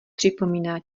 připomíná